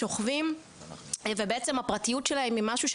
שוכבים ובעצם הפרטיות שלהם היא משהו,